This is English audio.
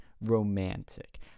romantic